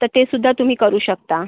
तर तेसुद्धा तुम्ही करू शकता